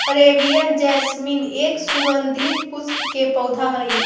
Arabian jasmine एक सुगंधित पुष्प के पौधा हई